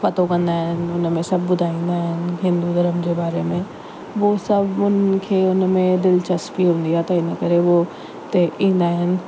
पतो कंदा आहिनि हुन में सभु ॿुधाईंदा आहिनि हिंदु धर्म जे बारे में उहो सभु हुनखे हुन में दिलचस्पी हूंदी आहे त इनकरे उहो हुते ईंदा आहिनि